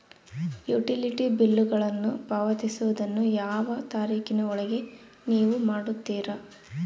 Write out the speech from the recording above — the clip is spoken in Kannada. ಯುಟಿಲಿಟಿ ಬಿಲ್ಲುಗಳನ್ನು ಪಾವತಿಸುವದನ್ನು ಯಾವ ತಾರೇಖಿನ ಒಳಗೆ ನೇವು ಮಾಡುತ್ತೇರಾ?